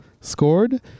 scored